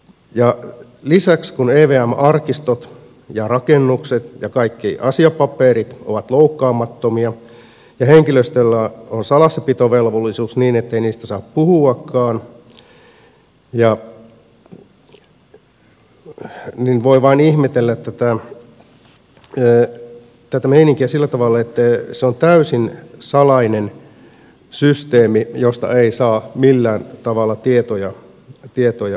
ja lisäksi kun evmn arkistot ja rakennukset ja kaikki asiapaperit ovat loukkaamattomia ja henkilöstöllä on salassapitovelvollisuus niin ettei niistä saa puhuakaan niin voi vain ihmetellä tätä meininkiä sillä tavalla että se on täysin salainen systeemi josta ei saa millään tavalla tietoja ulos